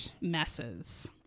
messes